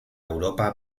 europa